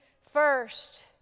first